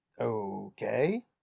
Okay